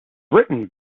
written